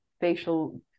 facial